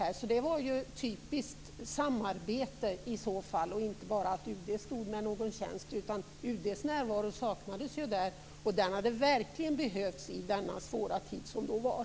Det handlade om ett typiskt samarbete och inte bara om att UD stod för någon tjänst. UD:s närvaro saknades där, och den hade verkligen behövts i denna svåra tid som då var.